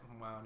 Wow